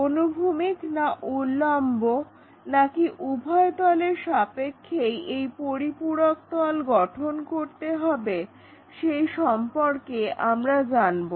অনুভূমিক না উল্লম্ব নাকি উভয় তলের সাপেক্ষেই এই পরিপূরক তল গঠন করতে হবে সেই সম্পর্কে আমরা জানবো